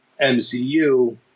MCU